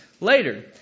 later